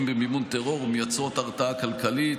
במימון טרור ומייצרות הרתעה כלכלית.